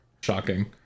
shocking